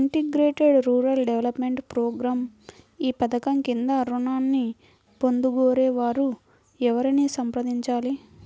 Integrated rural development programme ఈ పధకం క్రింద ఋణాన్ని పొందగోరే వారు ఎవరిని సంప్రదించాలి?